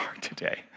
today